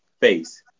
face